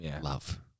love